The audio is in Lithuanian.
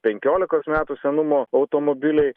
penkiolikos metų senumo automobiliai